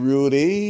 Rudy